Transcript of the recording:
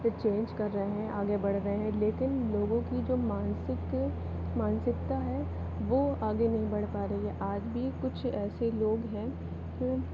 change कर रहे हैं आगे बढ़ रहे हैं लेकिन लोगों की जो मानसिक मानसिकता है वो आगे नहीं बढ़ पा रही है आज भी कुछ ऐसे लोग हैं